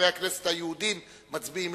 שחברי הכנסת היהודים מצביעים,